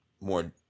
more